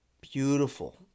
Beautiful